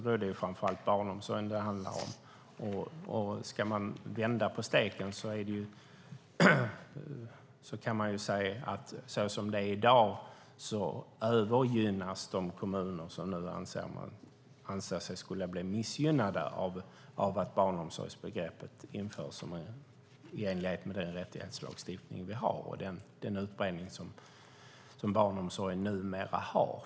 Det handlar framför allt om barnomsorgen. Om vi vänder på steken kan vi se att såsom det är i dag övergynnas de kommuner som nu anser sig bli missgynnade av att barnomsorgsbegreppet införs i enlighet med den rättighetslagstiftning vi har och den utbredning som barnomsorgen numera har.